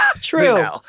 True